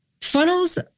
funnels